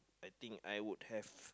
I think I would have